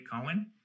Cohen